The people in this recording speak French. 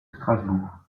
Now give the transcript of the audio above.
strasbourg